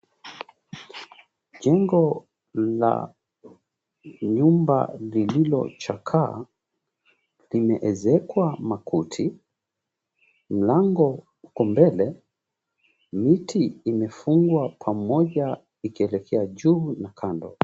Jengo la nyumba lililochakaa, limeezekwa makuti, mlango uko mbele. Miti imefungwa pamoja ikielekea juu na kando.